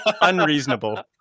unreasonable